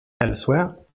elsewhere